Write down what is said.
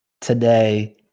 today